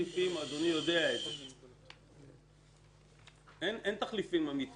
זה יכול לשנות את המשוואה מבחינת גביית מיסים